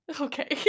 Okay